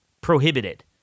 prohibited